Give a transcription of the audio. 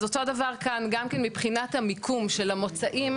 אז אותו דבר כאן גם כן מבחינת המיקום של המוצאים,